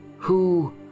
Who